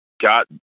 got